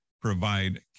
provide